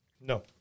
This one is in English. No